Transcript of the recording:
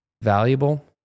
valuable